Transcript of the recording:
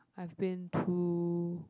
I've been to